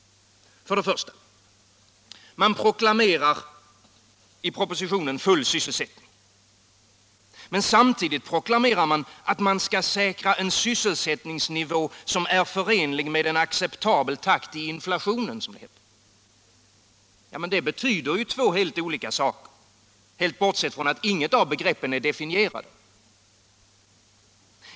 För det första: man proklamerar full sysselsättning. Samtidigt proklameras att man skall säkra en sysselsättningsnivå som är förenlig med en acceptabel takt i inflationen. Detta betyder helt olika saker, bortsett från att inget av begreppen är definierade.